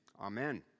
Amen